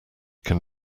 can